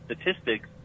statistics